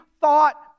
thought